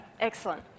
Excellent